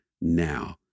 now